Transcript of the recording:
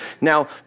Now